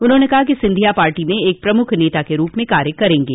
उन्होंने कहा कि सिंधिया पार्टी में एक प्रमुख नेता के रूप में कार्य करेंगे